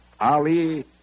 Ali